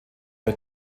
ihr